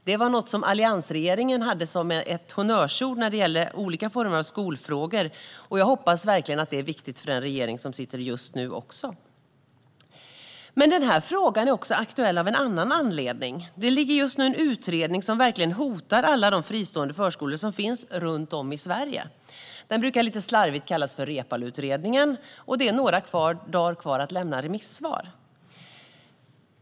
Det var något som alliansregeringen hade som honnörsord när det gäller olika former av skolfrågor, och jag hoppas verkligen att det är viktigt också för den regering vi har just nu. Frågan är aktuell också av en annan anledning. Det pågår just nu en utredning som verkligen hotar alla de fristående förskolor som finns runt om i Sverige. Den brukar lite slarvigt kallas Reepaluutredningen. Det är några dagar kvar att lämna remissvar.